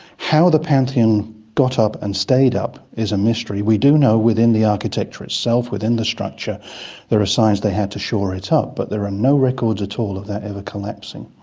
how the pantheon got up and stayed up is a mystery. we do know within the architecture itself, within the structure there are signs they had to shore it up, but there are no records at all of that ever collapsing.